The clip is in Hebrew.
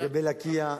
לגבי לקיה,